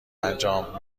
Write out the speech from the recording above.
انجام